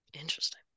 interesting